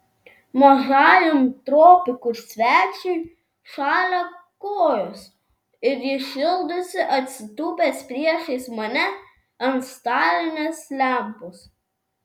mažajam tropikų svečiui šąla kojos ir jis šildosi atsitūpęs priešais mane ant stalinės lempos